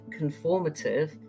conformative